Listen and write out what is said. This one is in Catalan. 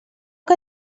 que